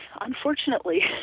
unfortunately